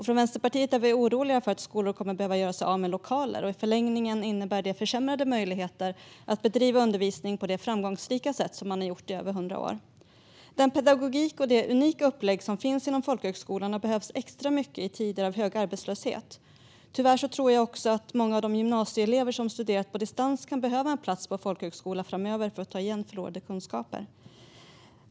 Från Vänsterpartiet är vi oroliga för att skolor kommer att behöva göra sig av med lokaler. I förlängningen innebär det försämrade möjligheter för dem att bedriva undervisning på det framgångsrika sätt som de har gjort i över 100 år. Den pedagogik och det unika upplägg som finns inom folkhögskolorna behövs extra mycket i tider av hög arbetslöshet. Tyvärr tror jag också att många av de gymnasieelever som har studerat på distans kan behöva en plats på en folkhögskola framöver för att ta igen förlorade kunskaper.